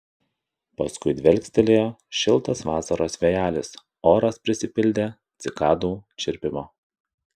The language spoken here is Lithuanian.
paskui dvelktelėjo šiltas vasaros vėjelis oras prisipildė cikadų čirpimo